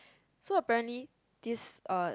so apparently this er